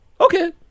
Okay